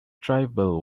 tribal